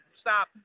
stop